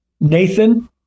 Nathan